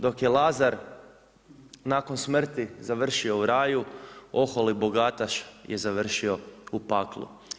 Dok je Lazar nakon smrti završio u raju, oholi bogataš je završio u paklu.